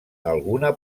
alguna